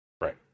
Right